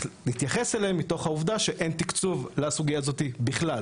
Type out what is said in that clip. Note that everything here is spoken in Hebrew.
מתוך העובדה שאין תקצוב לסוגיה הזו בכלל,